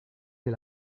del